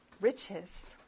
riches